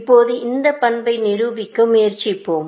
இப்போது இந்த பண்பை நிரூபிக்க முயற்சிப்போம்